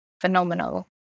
phenomenal